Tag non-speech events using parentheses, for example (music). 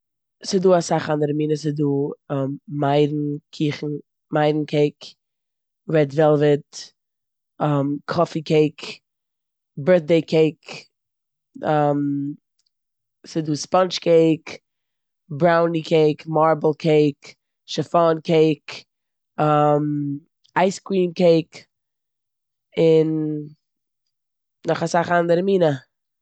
ס'דא אסאך אנדערע מינע. ס'דא (hesitation) מייערן קיכן, מייערן קעיק, רעד וועלוועט, קאפי קעיק, בירטעי קעיק, (hesitation) ס'דא ספאנדש קעיק, בראוני קעיק, מארבל קעיק, שיפאן קעיק, (hesitation) אייס קריעם קעיק און נאך אסאך אנדערע מינע.